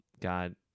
God